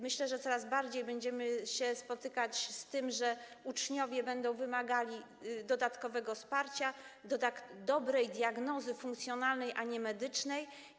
Myślę, że coraz częściej będziemy się spotykać z tym, że uczniowie będą wymagali dodatkowego wsparcia, dobrej diagnozy funkcjonalnej, a nie medycznej.